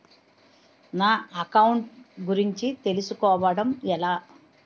నా అకౌంట్ గురించి తెలుసు కోవడం ఎలా?